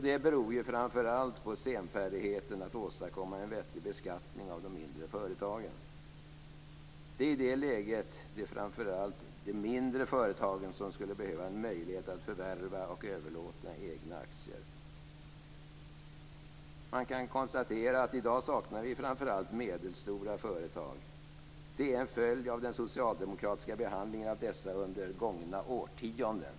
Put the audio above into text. Det beror ju framför allt på senfärdigheten att åstadkomma en vettig beskattning av de mindre företagen - och detta i ett läge där det framför allt är de mindre företagen som skulle behöva en möjlighet att förvärva och överlåta egna aktier. Man kan konstatera att vi i dag saknar framför allt medelstora företag. Det är en följd av den socialdemokratiska behandlingen av dessa under gångna årtionden.